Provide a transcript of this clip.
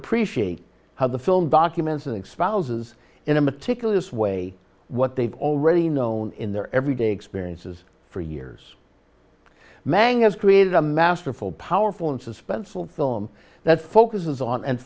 appreciate how the film documents and exposes in a meticulous way what they've already known in their everyday experiences for years mang has created a masterful powerful and suspenseful film that focuses on and